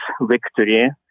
victory